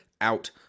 out